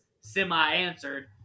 semi-answered